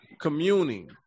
communing